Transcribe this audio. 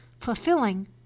fulfilling